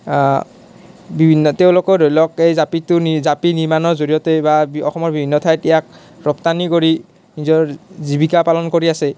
বিভিন্ন তেওঁলোকৰ ধৰি লওক এই জাপিটোৰ নি জাপি নিৰ্মাণৰ জৰিয়তে বা অসমৰ বিভিন্ন ঠাইত ইয়াক ৰপ্তানি কৰি নিজৰ জীৱীকা পালন কৰি আছে